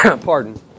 Pardon